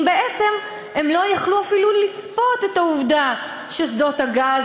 אם בעצם הם לא יכלו לצפות את העובדה ששדות הגז